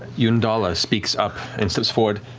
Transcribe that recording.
yudala speaks up and steps forward.